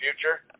future